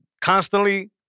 Constantly